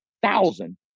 Thousand